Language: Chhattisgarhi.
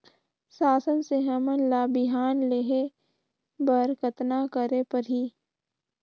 शासन से हमन ला बिहान लेहे बर कतना करे परही?